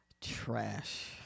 trash